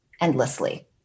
endlessly